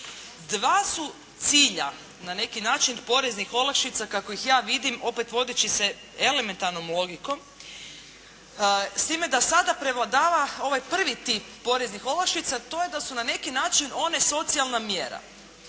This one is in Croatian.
Dva su cilja na neki način poreznih olakšica kako ih ja vidim opet vodeći se elementarnom logikom, s time da sada prevladava ovaj prvi tim poreznih olakšica a to je da su na neki način one socijalna mjera.